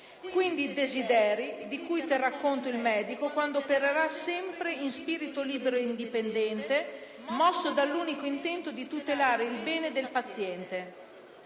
quindi desideri di cui terrà conto il medico quando opererà, sempre in spirito libero ed indipendente, mosso dall'unico intento di tutelare il bene del paziente.